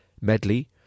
Medley